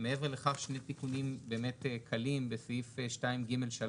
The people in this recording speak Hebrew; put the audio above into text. מעבר לכך שני תיקונים באמת קלים בסעיף 2ג3,